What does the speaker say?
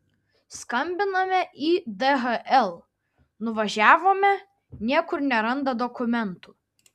skambiname į dhl nuvažiavome niekur neranda dokumentų